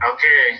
Okay